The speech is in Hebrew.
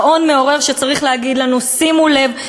כשעון מעורר שצריך להגיד לנו: שימו לב,